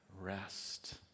Rest